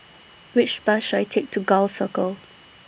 Which Bus should I Take to Gul Circle